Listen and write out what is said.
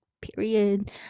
Period